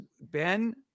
Ben